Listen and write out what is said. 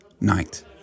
night